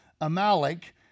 Amalek